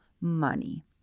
money